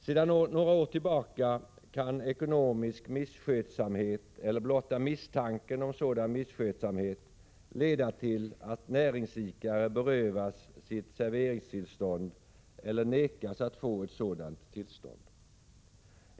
Sedan några år tillbaka kan ekonomisk misskötsamhet eller blotta misstanken om sådan misskötsamhet leda till att näringsidkare berövas sitt serveringstillstånd eller nekas att få ett sådant tillstånd.